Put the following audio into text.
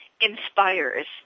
inspires